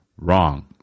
wrong